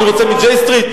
מה אתה רוצה מ-J Street?